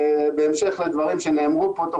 כל התירוצים המופרכים ובוא נסדיר את משולש